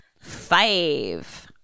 five